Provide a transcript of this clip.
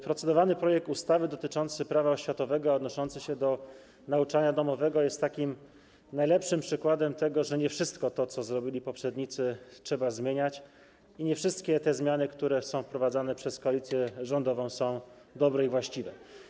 Procedowany projekt ustawy dotyczący Prawa oświatowego, odnoszący się do nauczania domowego jest najlepszym przykładem tego, że nie wszystko to, co zrobili poprzednicy, trzeba zmieniać i nie wszystkie zmiany, które są wprowadzane przez koalicję rządową, są dobre i właściwe.